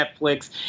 Netflix